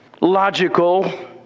logical